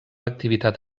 activitat